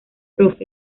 prof